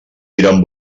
diran